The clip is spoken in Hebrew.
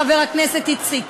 חבר הכנסת שמולי.